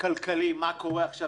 הרשימה מועברת לרשויות.